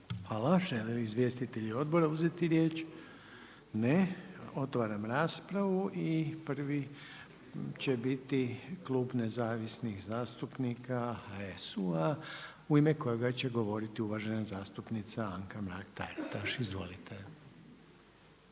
Hvala. Žele li izvjestitelji odbora uzeti riječ? Ne. Otvaram raspravu. I prvi će biti Klub nezavisnih zastupnika HSU-a u ime kojega će govoriti uvažena zastupnica Anka Mrak-TAritaš. Izvolite.